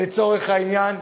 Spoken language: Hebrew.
לצורך העניין,